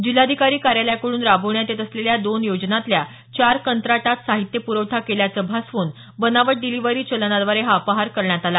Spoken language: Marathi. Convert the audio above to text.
जिल्हाधिकारी कार्यालयाकडून राबवण्यात येत असलेल्या दोन योजनातल्या चार कंत्राटात साहित्य प्रवठा केल्याचं भासवून बनावट डिलिव्हरी चलनाद्वारे हा अपहार करण्यात आला